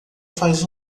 faz